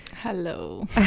hello